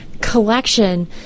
collection